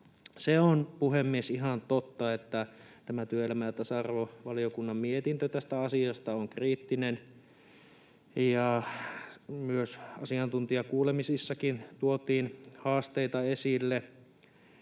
ihan totta, että tämä työelämä‑ ja tasa-arvovaliokunnan mietintö tästä asiasta on kriittinen ja myös asiantuntijakuulemisissa tuotiin haasteita esille,